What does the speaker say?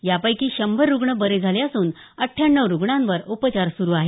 यापैकी शंभर रुग्ण बरे झाले असून अठ्ठ्याण्णव रुग्णांवर उपचार सुरू आहेत